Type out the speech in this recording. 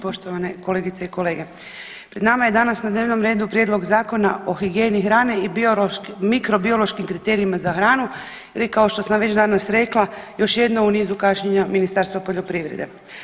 Poštovane kolegice i kolege, pred nama je danas na dnevnom redu Prijedlog zakona o higijeni hrani i mikrobiološkim kriterijima za hranu ili kao što sam već danas rekla još jedna u nizu kašnjenja Ministarstva poljoprivrede.